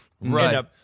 Right